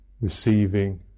receiving